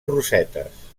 rosetes